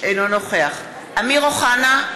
אינו נוכח אמיר אוחנה,